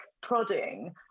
prodding